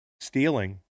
stealing